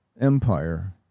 empire